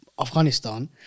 Afghanistan